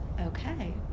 Okay